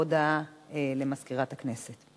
הודעה למזכירת הכנסת.